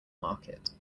market